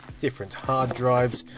different hard drives,